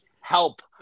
Help